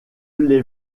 l’ai